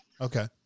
Okay